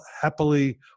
happily